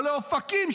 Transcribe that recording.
או לאופקים,